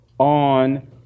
on